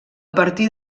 partir